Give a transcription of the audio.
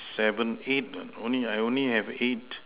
seven eight only I only have eight